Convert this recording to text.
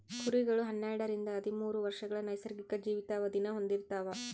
ಕುರಿಗಳು ಹನ್ನೆರಡರಿಂದ ಹದಿಮೂರು ವರ್ಷಗಳ ನೈಸರ್ಗಿಕ ಜೀವಿತಾವಧಿನ ಹೊಂದಿರ್ತವ